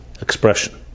expression